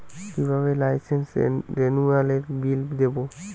কিভাবে লাইসেন্স রেনুয়ালের বিল দেবো?